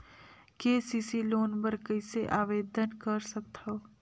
KCC loan बर कइसे आवेदन कर सकथव?